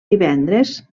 divendres